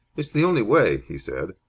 it's the only way, he said.